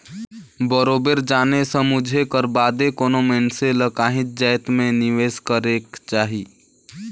बरोबेर जाने समुझे कर बादे कोनो मइनसे ल काहींच जाएत में निवेस करेक जाही